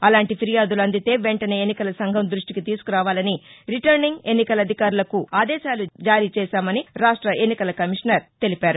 అలాంటి ఫిర్యాదులు అందితే వెంటనే ఎన్నికల సంఘం దృష్టికి తీసుకురావాలని రిటర్నింగ్ ఎన్నికల అధికారులకు ఆదేశాలు జారీచేశామని రాష్ట ఎన్నికల కమిషనర్ తెలిపారు